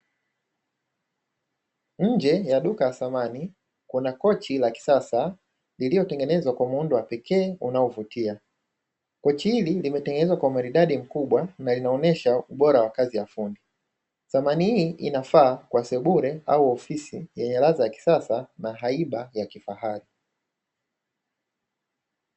Nje ya duka la samani kuna kochi la kisasa, liliotengenezwa kwa muundo wa pekee unaovutia. Kochi hili limetengenezwa kwa umaridadi mkubwa na linaonesha ubora wa kazi ya fundi. Samani hii inafaa kwa sebule au ofisi yenye ladha ya kisasa na haiba ya kifahari.